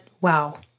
wow